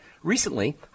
Recently